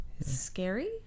scary